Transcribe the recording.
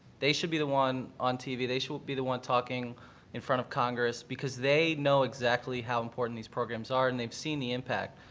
they should be the one on tv. they should be the one talking in front of congress, because they know exactly how important these programs are, and they've seen the impact.